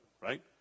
right